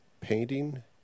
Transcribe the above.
painting